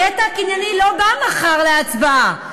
הקטע הקנייני לא בא מחר להצבעה.